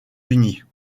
unies